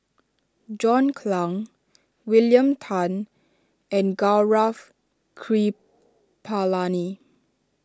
John Clang William Tan and Gaurav Kripalani